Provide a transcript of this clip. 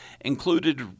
included